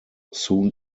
sewn